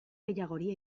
gehiagori